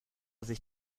sich